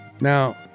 Now